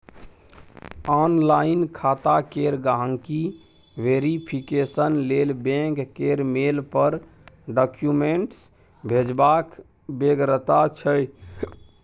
online खाता केर गांहिकी वेरिफिकेशन लेल बैंक केर मेल पर डाक्यूमेंट्स भेजबाक बेगरता छै